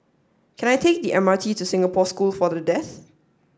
can I take the MRT to Singapore School for the Deaf